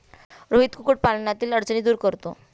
रोहित कुक्कुटपालनातील अडचणी दूर करतो